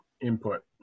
input